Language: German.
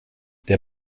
der